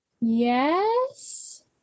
Yes